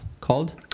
called